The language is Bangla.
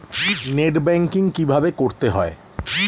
নেট ব্যাঙ্কিং কীভাবে করতে হয়?